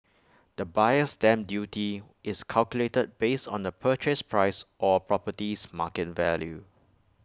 the buyer's stamp duty is calculated based on the purchase price or property's market value